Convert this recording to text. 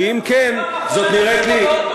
מתי בפעם